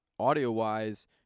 Audio-wise